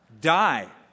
Die